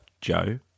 Joe